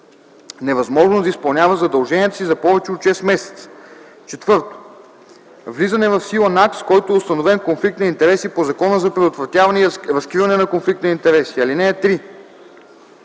невъзможност да изпълнява задълженията си за повече от 6 месеца; 4. влизане в сила на акт, с който е установен конфликт на интереси по Закона за предотвратяване и разкриване на конфликт на интереси. (3)